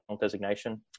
designation